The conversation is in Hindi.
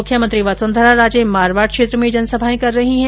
मुख्यमंत्री वसुंधरा राजे मारवाड क्षेत्र में जनसभाएं कर रही है